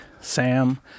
Sam